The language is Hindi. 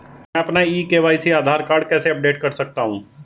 मैं अपना ई के.वाई.सी आधार कार्ड कैसे अपडेट कर सकता हूँ?